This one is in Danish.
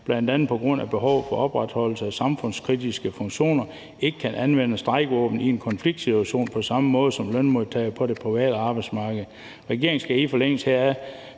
bl.a. på grund af behovet for opretholdelse af samfundskritiske funktioner ikke kan anvende strejkevåbenet i en konfliktsituation på samme måde som lønmodtagere på det private arbejdsmarked? Regeringen skal i forlængelse heraf